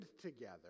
together